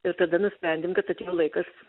ir tada nusprendėm kad atėjo laikas